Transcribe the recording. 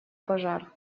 пожар